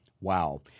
Wow